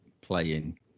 playing